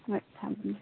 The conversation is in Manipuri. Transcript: ꯍꯣꯏ ꯊꯝꯃꯦ